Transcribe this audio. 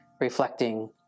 reflecting